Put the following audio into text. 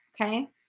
okay